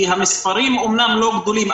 כי המספרים אמנם לא גדולים,